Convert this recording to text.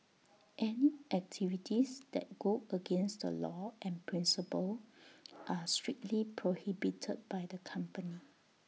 any activities that go against the law and principle are strictly prohibited by the company